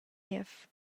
niev